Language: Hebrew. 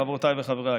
חברותיי וחבריי,